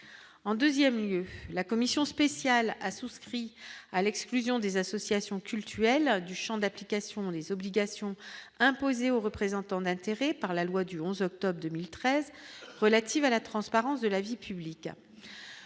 en 2ème lieu la commission spéciale a souscrit à l'exclusion des associations cultuelles du Champ d'application dans les obligations imposées aux représentants d'intérêts par la loi du 11 octobre 2013 relative à la transparence de la vie publique,